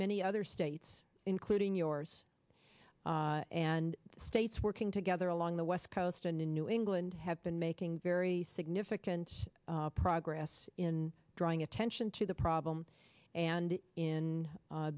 many other states including yours and states working together along the west coast and in new england have been making very significant progress in drawing attention to the problem and in